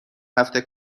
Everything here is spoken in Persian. هفته